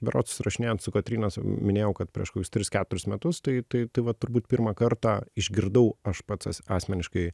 berods susirašinėjant su kotryna minėjau kad prieš kokius tris keturis metus tai tai tai vat turbūt pirmą kartą išgirdau aš pats as asmeniškai